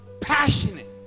passionate